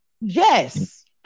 Yes